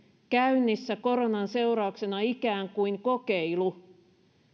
käynnissä koronan seurauksena ikään kuin kokeilu